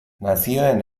nazioen